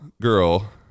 girl